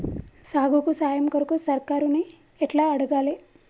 సాగుకు సాయం కొరకు సర్కారుని ఎట్ల అడగాలే?